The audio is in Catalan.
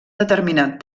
determinat